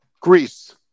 Greece